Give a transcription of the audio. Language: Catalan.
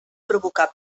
provocar